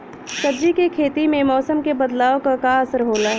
सब्जी के खेती में मौसम के बदलाव क का असर होला?